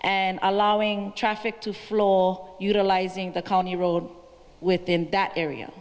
and allowing traffic to floor utilizing the county road within that area